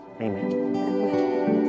Amen